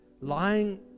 lying